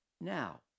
now